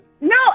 No